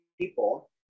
people